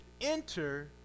enter